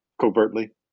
covertly